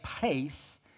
pace